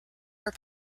are